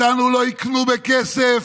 אותנו לא יקנו בכסף,